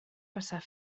passar